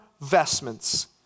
vestments